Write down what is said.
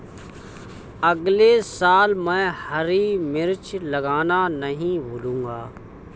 अगले साल मैं हरी मिर्च लगाना नही भूलूंगा